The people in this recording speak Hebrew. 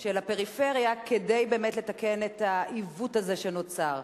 של הפריפריה כדי לתקן את העיוות הזה שנוצר.